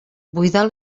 buidar